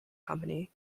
company